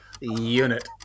Unit